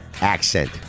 accent